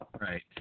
Right